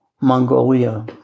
Mongolia